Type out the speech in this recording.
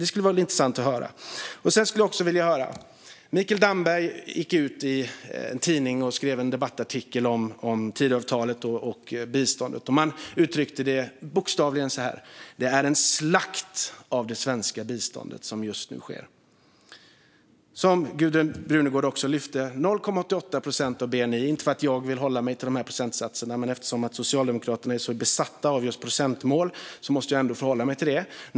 Det skulle vara intressant att höra. Sedan är det något annat jag skulle vilja höra. Mikael Damberg gick ut i en tidning och skrev en debattartikel om Tidöavtalet och biståndet. Han uttryckte det bokstavligen så här: Det är en slakt av det svenska biståndet som just nu sker. Som Gudrun Brunegård också lyfte handlar det nu om 0,88 procent av bni. Inte för att jag vill hålla mig till de här procentsatserna, men eftersom Socialdemokraterna är så besatta av procentmål måste jag ändå förhålla mig till dem.